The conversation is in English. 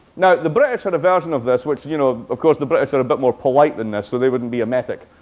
the british had a version of this, which, you know, of course, the british are a bit more polite than this, so they wouldn't be emetic.